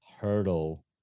hurdle